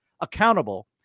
accountable